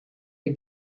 der